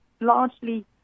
largely